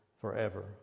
forever